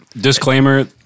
Disclaimer